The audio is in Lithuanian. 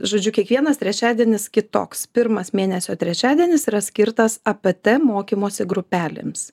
žodžiu kiekvienas trečiadienis kitoks pirmas mėnesio trečiadienis yra skirtas apt mokymosi grupelėms